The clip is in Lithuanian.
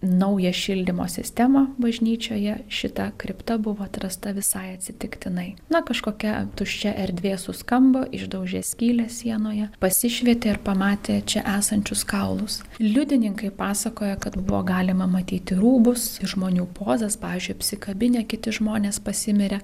naują šildymo sistemą bažnyčioje šita kripta buvo atrasta visai atsitiktinai na kažkokia tuščia erdvė suskambo išdaužė skylę sienoje pasišvietė ir pamatė čia esančius kaulus liudininkai pasakojo kad buvo galima matyti rūbus žmonių pozas pavyzdžiui apsikabinę kiti žmonės pasimirė